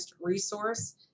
resource